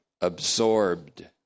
absorbed